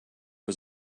was